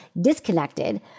disconnected